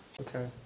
Okay